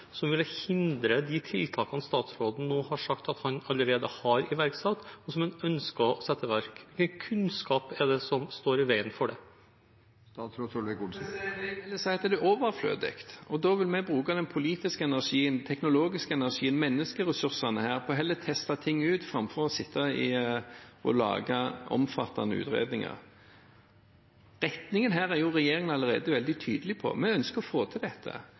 som vil komme fram i en NOU, som ville hindret de tiltakene statsråden nå har sagt at han allerede har iverksatt, og dem som han ønsker å sette i verk? Hvilken kunnskap er det som står i veien for det? Jeg vil heller si at den er overflødig. Vi vil heller bruke den politiske energien, den teknologiske energien og menneskeressursene her på å teste ting ut framfor å lage omfattende utredninger. Retningen her er regjeringen allerede veldig tydelig på. Vi ønsker å få til dette.